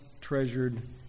treasured